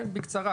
כן, בקצרה.